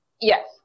Yes